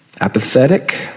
apathetic